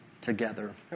together